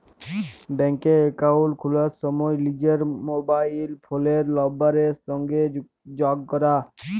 ব্যাংকে একাউল্ট খুলার সময় লিজের মবাইল ফোলের লাম্বারের সংগে যগ ক্যরা